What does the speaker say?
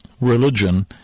religion